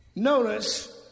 Notice